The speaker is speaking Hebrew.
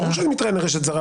ברור שאני מתראיין לרשת זרה.